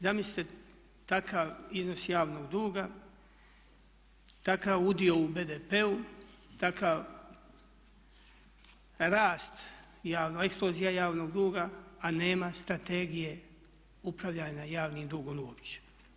Zamislite takav iznos javnog duga, takav udio u BDP-u, takav rast, eksplozija javnog duga a nema Strategije upravljanja javnim dugom uopće.